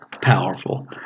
powerful